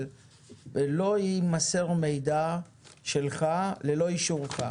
אבל לא יימסר מידע שלך ללא אישורך.